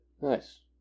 Nice